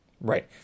Right